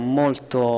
molto